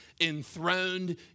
enthroned